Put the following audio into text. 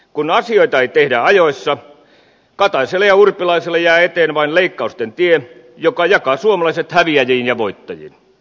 kun asioita ei tehdä ajoissa kataiselle ja urpilaiselle jää eteen vain leikkausten tie joka jakaa suomalaiset häviäjiin ja voittajiin